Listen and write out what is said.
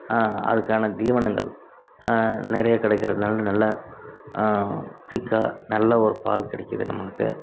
அதுக்கான தீவனங்கள் நிறைய கிடைக்கறதனால் நல்ல திக்காக நல்ல ஒரு பால் கிடைக்குது நம்மளுக்கு